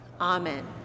Amen